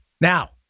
Now